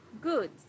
Good